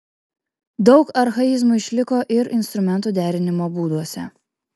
daug archaizmų išliko ir instrumentų derinimo būduose